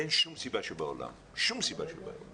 אין שום סיבה שבעולם, שום סיבה שבעולם